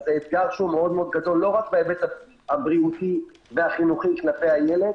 זה אתגר שהוא מאוד גדול לא רק בהיבט הבריאותי והחינוכי כלפי הילד,